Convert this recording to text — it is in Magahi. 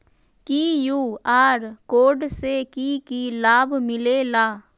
कियु.आर कोड से कि कि लाव मिलेला?